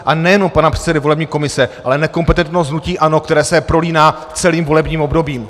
A nejenom pana předsedy volební komise, ale nekompetentnost hnutí ANO, které se prolíná celým volebním obdobím!